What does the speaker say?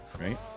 Right